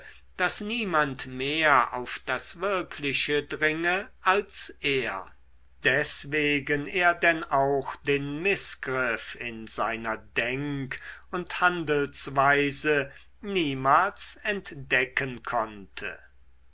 daß niemand mehr auf das wirkliche dringe als er deswegen er denn auch den mißgriff in seiner denk und handelsweise niemals entdecken konnte